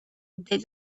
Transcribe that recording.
they